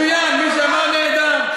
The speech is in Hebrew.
שום דיון לא מקיימת.